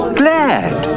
glad